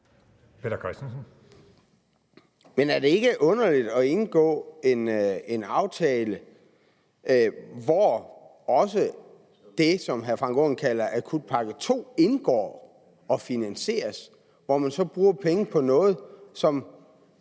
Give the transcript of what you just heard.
Men er det ikke underligt at indgå en aftale, hvor også det, som hr. Frank Aaen kalder akutpakke to, indgår og finansieres, og hvor man så bruger penge på noget, som